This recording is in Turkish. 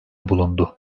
bulundu